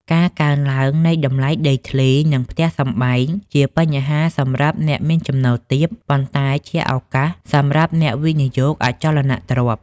ការកើនឡើងនៃតម្លៃដីធ្លី និងផ្ទះសម្បែង ជាបញ្ហាសម្រាប់អ្នកមានចំណូលទាប ប៉ុន្តែជាឱកាសសម្រាប់អ្នកវិនិយោគអចលនទ្រព្យ។